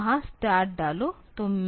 तो तुम वहाँ start डालो